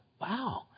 Wow